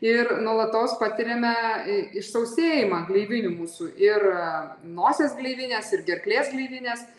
ir nuolatos patiriame išsausėjimą gleivinių mūsų ir nosies gleivinės ir gerklės gleivinės